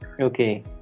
Okay